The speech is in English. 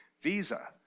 visa